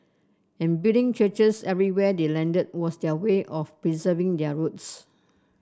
and building churches everywhere they landed was their way of preserving their roots